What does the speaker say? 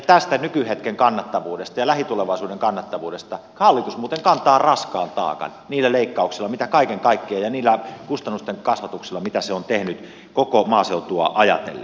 tästä nykyhetken kannattavuudesta ja lähitulevaisuuden kannattavuudesta hallitus muuten kantaa raskaan taakan niillä leikkauksilla ja niillä kustannusten kasvatuksilla mitä se on kaiken kaikkiaan tehnyt koko maaseutua ajatellen